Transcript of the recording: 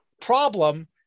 problem